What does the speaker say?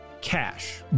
Cash